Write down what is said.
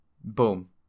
Boom